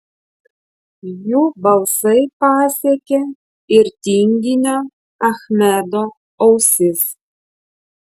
jų balsai pasiekė ir tinginio achmedo ausis